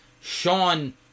Sean